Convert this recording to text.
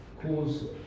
cause